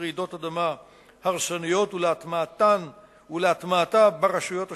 לרעידות אדמה הרסניות ולהטמעתן ברשויות השונות,